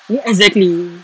ya exactly